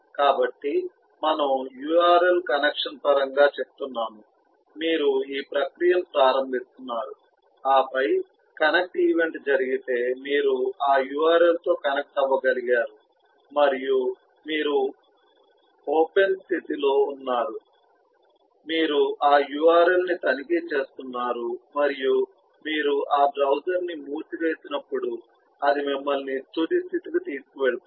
కాబట్టి మనం url connection పరంగా చెప్తున్నాము మీరు ఈ ప్రక్రియను ప్రారంభిస్తున్నారు ఆపై కనెక్ట్ ఈవెంట్ జరిగితే మీరు ఆ url తో కనెక్ట్ అవ్వగలిగారు మరియు మీరు ఓపెన్స్థితిలో ఉన్నారు మీరు ఆ url ని తనిఖీ చేస్తున్నారు మరియు మీరు ఆ బ్రౌజర్ను మూసివేసినప్పుడు అది మిమ్మల్ని తుది స్థితికి తీసుకువెళుతుంది